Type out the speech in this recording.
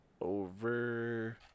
over